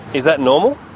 is that normal?